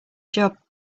job